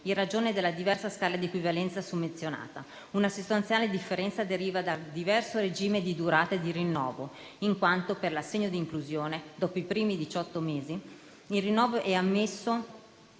in ragione della diversa scala di equivalenza summenzionata. Una sostanziale differenza deriva dal diverso regime di durata e di rinnovo, in quanto per l'assegno di inclusione, dopo i primi diciotto mesi, il rinnovo è ammesso